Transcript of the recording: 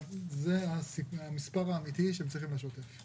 זה המספר האמיתי שהם צריכים בשוטף.